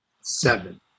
Seven